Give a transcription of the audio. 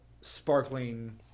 sparkling